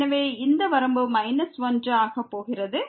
எனவே இந்த வரம்பு −1 ஆக போகிறது